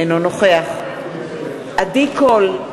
אינו נוכח עדי קול,